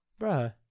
Bruh